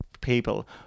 people